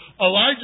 Elijah